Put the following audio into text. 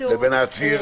לבין העצור.